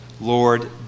Lord